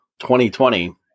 2020